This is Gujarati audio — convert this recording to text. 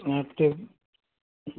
હા તો